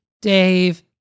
Dave